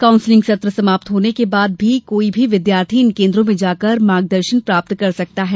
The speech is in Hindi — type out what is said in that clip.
कांउसलिंग सत्र समाप्त होने के बाद भी कोई भी विद्यार्थी इन केन्द्रो में जाकर मार्गदर्शन प्राप्त कर सकता है